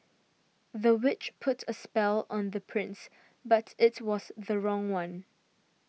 the witch put a spell on the prince but it was the wrong one